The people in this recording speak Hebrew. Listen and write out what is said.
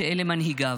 שאלה מנהיגיו.